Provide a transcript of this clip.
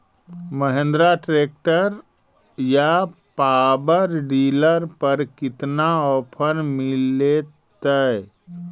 Mahindra tractor या power dealer पर कितना ओफर मीलेतय?